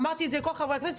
אמרתי את זה לכל חברי הכנסת.